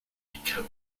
kempton